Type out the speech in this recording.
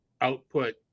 output